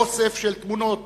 לאוסף של תמונות,